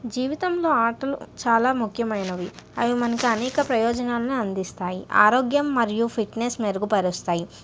జీవితంలో ఆటలు చాలా ముఖ్యమైనవి అవి మనకి అనేక ప్రయోజనాలను అందిస్తాయి ఆరోగ్యం మరియు ఫిట్నెస్ మెరుగుపరుస్తాయి